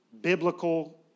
biblical